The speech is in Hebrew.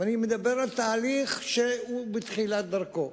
אני מדבר על תהליך שהוא בתחילת דרכו.